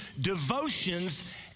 devotions